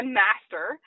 master